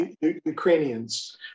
Ukrainians